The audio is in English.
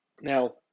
Now